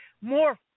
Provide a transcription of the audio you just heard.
more